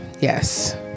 Yes